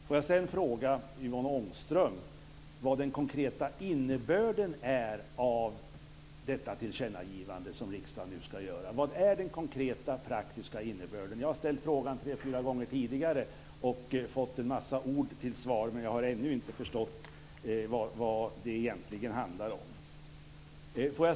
Sedan vill jag fråga Yvonne Ångström vad den konkreta innebörden är av det tillkännagivande som riksdagen nu ska göra. Vad är den konkreta, praktiska innebörden? Jag har ställt frågan tre fyra gånger tidigare och fått en massa ord till svar, men jag har ännu inte förstått vad det egentligen handlar om.